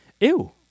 Ew